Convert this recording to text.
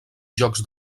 jocs